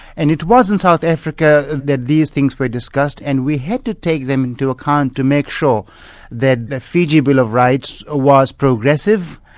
and it was in south africa that these things were discussed and we had to take them into account to make sure that the fiji bill of rights ah was progressive,